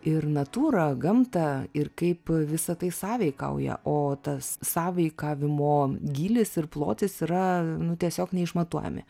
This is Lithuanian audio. ir natūrą gamtą ir kaip visa tai sąveikauja o tas sąveikavimo gylis ir plotis yra nu tiesiog neišmatuojami